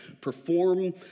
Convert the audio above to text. perform